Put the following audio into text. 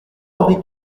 henri